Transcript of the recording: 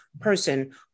person